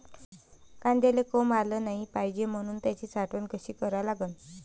कांद्याले कोंब आलं नाई पायजे म्हनून त्याची साठवन कशी करा लागन?